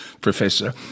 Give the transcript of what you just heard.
Professor